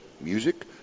music